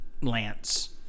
Lance